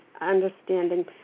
understanding